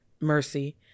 Mercy